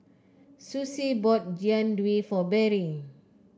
Sussie bought Jian Dui for Berry